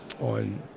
on